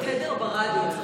תדר ברדיו.